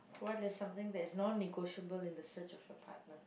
what is something that is non-negotiable in the search of your partner